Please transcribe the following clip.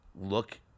look